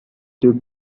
took